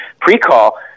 pre-call